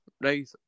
right